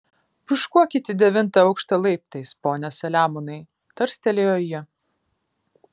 pūškuokit į devintą aukštą laiptais pone saliamonai tarstelėjo ji